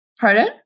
pardon